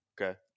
okay